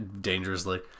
dangerously